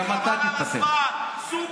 דרך אגב, משורר מדבר עברית, חבל על הזמן, סוכר.